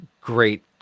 great